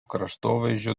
kraštovaizdžio